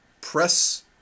press